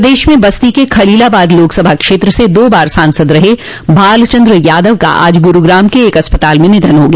प्रदेश में बस्ती के खलीलाबाद लोकसभा क्षेत्र से दो बार सांसद रहे भालचन्द्र यादव का आज गुरूग्राम के एक अस्पताल में निधन हो गया